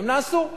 והם נעשו.